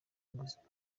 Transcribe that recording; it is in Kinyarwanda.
inguzanyo